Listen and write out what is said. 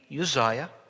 Uzziah